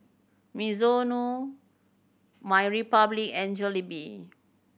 Mizuno MyRepublic and Jollibee